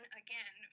again